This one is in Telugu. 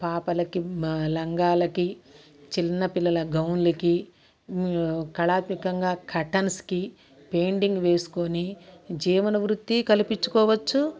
పాపలకి లంగాలకి చిన్నపిల్లల గౌన్లకి కళాత్మికంగా కర్టెన్స్కి పెయింటింగ్ వేసుకొని జీవనవృత్తి కల్పించుకోవచ్చు